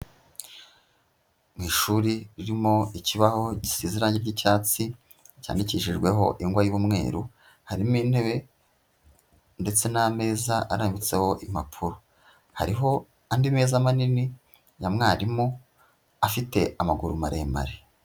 Mu ishuri ririmo ikibaho gisize irangi ry'icyatsi, cyandikishijweho ingwa y'umweru, harimo intebe ndetse n'ameza arambitseho impapuro, hariho andi meza manini ya mwarimu, afite amaguru maremare.